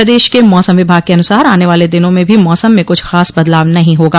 प्रदेश के मौसम विभाग के अनुसार आने वाले दिनों में भी मौसम में कुछ खास बदलाव नहीं होगा